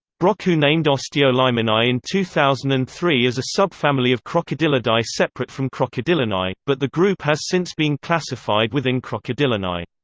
brochu named osteolaeminae in two thousand and three as a subfamily of crocodylidae separate from crocodylinae, but the group has since been classified within crocodylinae.